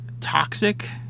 toxic